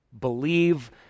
Believe